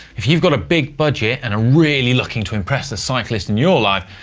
if you've got a big budget and are really looking to impress the cyclist in your life,